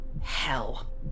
hell